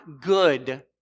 good